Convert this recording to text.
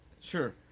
Sure